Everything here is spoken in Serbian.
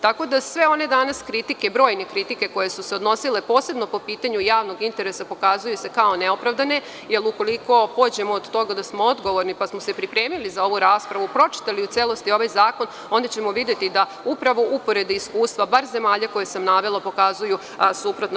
Tako da sve one kritike danas, brojne kritike koje su se odnosile posebno pi pitanju javnog interesa pokazuju se kao neopravdane, jer ukoliko pođemo od toga da smo odgovorni pa smo se pripremili za ovu raspravu, pročitali u celosti ovaj zakon, onda ćemo videti da upravo uporedna iskustva bar zemalja koje sam navela pokazuju suprotno.